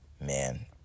man